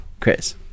Chris